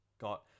got